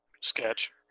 sketch